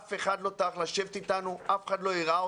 אף אחד לא טרח לשבת אתנו,